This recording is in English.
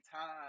time